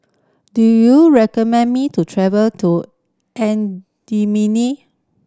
do you recommend me to travel to N